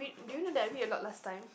do you know that I read a lot last time